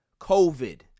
COVID